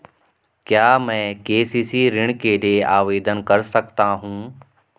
क्या मैं के.सी.सी ऋण के लिए आवेदन कर सकता हूँ?